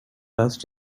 best